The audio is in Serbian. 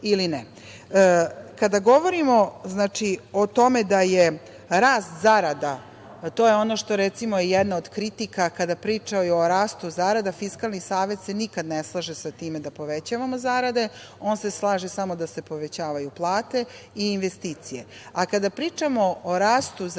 ili ne. Kada govorimo o tome da je rastu zarada, a to je ono što je recimo jedna od kritika kada pričaju o rastu zarada, Fiskalni savet se nikada ne slaže sa time da povećavamo zarade, on se slaže samo da se povećavaju plate i investicije, treba reći i ono što smo